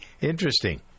Interesting